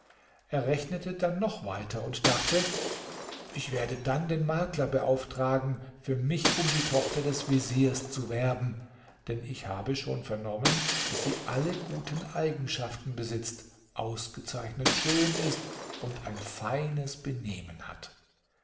er rechnete dann noch weiter und dachte ich werde dann den makler beauftragen für mich um die tochter des veziers zu werben denn ich habe schon vernommen daß sie alle guten eigenschaften besitzt ausgezeichnet schön ist und ein feines benehmen hat